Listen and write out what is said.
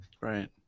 Right